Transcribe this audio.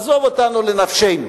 עזוב אותנו לנפשנו.